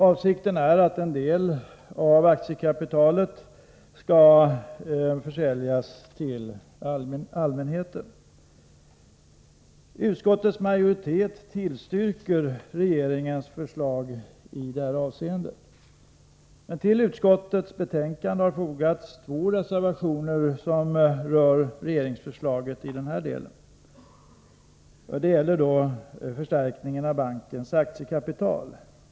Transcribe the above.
Avsikten är att en del av aktiekapitalet skall försäljas till allmänheten. Utskottets majoritet tillstyrker regeringens förslag i det här avseendet. Till utskottets betänkande har dock fogats två reservationer som berör förslaget om en förstärkning av av bankens aktiekapital.